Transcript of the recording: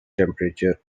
temperature